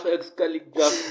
Excalibur